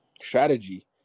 strategy